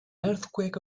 earthquake